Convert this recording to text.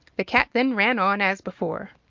the cat then ran on as before.